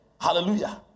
Hallelujah